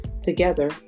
Together